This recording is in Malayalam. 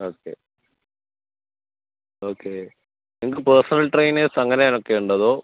ഓക്കെ ഓക്കെ നിങ്ങൾക്ക് പേഴ്സണൽ ട്രെയ്നേഴ്സ് അങ്ങനെ ഒക്കെ ഉണ്ടോ അതോ